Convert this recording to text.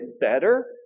better